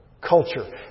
culture